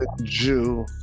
Jew